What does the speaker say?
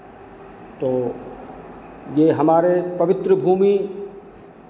तो ये हमारे पवित्र भूमि